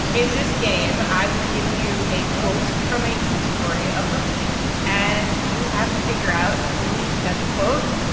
in this game, i will give you a quote from a news story of the week, and you have to figure out who said the quote.